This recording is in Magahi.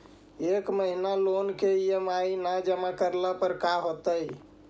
एक महिना लोन के ई.एम.आई न जमा करला पर का होतइ?